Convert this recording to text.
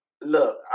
look